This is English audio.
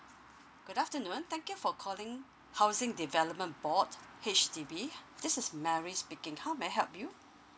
good afternoon thank you for calling housing development board H_D_B this is mary speaking how may I help you